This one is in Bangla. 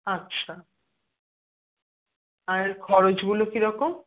আচ্ছা আর খরচগুলো কীরকম